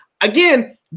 Again